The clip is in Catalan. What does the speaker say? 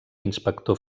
inspector